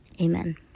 Amen